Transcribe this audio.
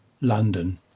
London